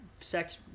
sex